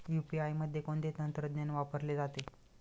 UPI मध्ये कोणते तंत्रज्ञान वापरले जाते?